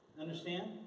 Understand